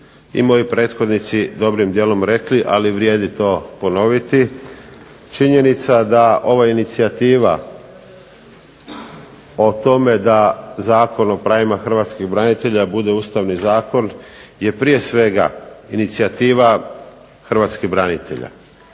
i moji prethodnici dobrim dijelom rekli, ali vrijedi to ponoviti, činjenica da ova inicijativa o tome da Zakon o pravima hrvatskih branitelja bude ustavni zakon je prije svega inicijativa hrvatskih branitelja,